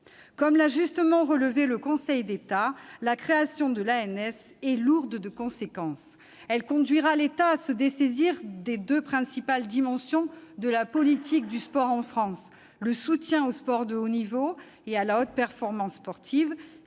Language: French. Comme l'a justement relevé le Conseil d'État, la création de l'ANS est lourde de conséquences. Elle conduira l'État à se dessaisir des deux principales dimensions de la politique du sport en France : le soutien au sport de haut niveau et à la haute performance sportive